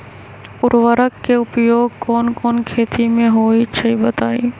उर्वरक के उपयोग कौन कौन खेती मे होई छई बताई?